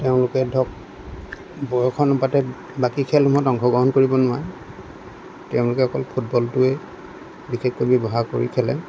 তেওঁলোকে ধৰক বয়স অনুপাতে বাকী খেলসমূহত অংশগ্ৰহণ কৰিব নোৱাৰে তেওঁলোকে অকল ফুটবলটোৱেই বিশেষকৈ ব্যৱহাৰ কৰি খেলে